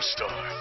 Star